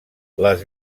les